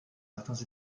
certains